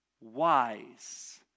wise